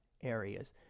areas